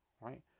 right